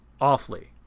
awfully